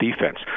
defense